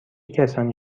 کسانی